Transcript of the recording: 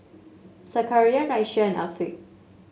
Zakaria Raisya and Afiq